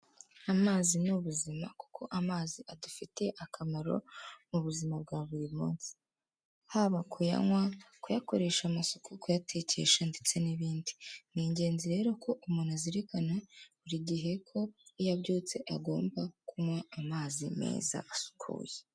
Amazi ni ubuzima kuko amazi adufitiye akamaro mu buzima bwa buri munsi, haba kuyanywa, kuyakoresha amasuku, kuyatekesha ndetse n'ibindi, ni ingenzi rero ko umuntu azirikana buri gihe ko iyo abyutse agomba kunywa amazi meza asukuye.